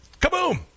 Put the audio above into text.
kaboom